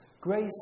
grace